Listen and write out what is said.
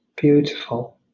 beautiful